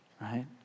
right